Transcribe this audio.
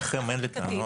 אליכם אין לי טענות,